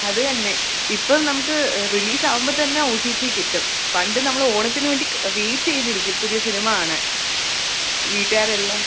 അതുതന്നെ ഇപ്പം നമുക്ക് റിലീസാവുമ്പോൾ തന്നെ ഒ ടി ടി കിട്ടും പണ്ടു നമ്മൾ ഓണത്തിന് വേണ്ടി വെയ്റ്റ് ചെയ്തിരിക്കും പുതിയ സിനിമ കാണാൻ വീട്ടുകാർ എല്ലാ